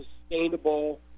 sustainable